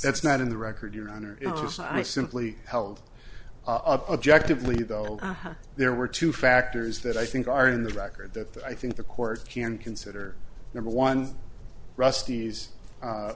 that's not in the record your honor i simply held objectively though there were two factors that i think are in the record that i think the court can consider number one